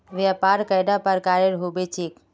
व्यापार कैडा प्रकारेर होबे चेक?